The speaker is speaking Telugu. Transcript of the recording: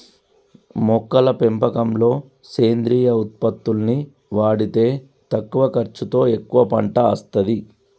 మొక్కల పెంపకంలో సేంద్రియ ఉత్పత్తుల్ని వాడితే తక్కువ ఖర్చుతో ఎక్కువ పంట అస్తది